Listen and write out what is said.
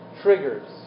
Triggers